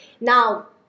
Now